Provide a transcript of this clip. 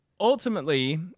Ultimately